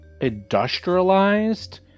industrialized